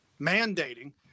mandating